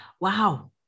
Wow